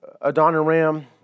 Adoniram